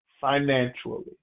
financially